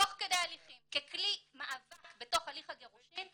תוך כדי הליכים ככלי מאבק בתוך הליך הגירושין,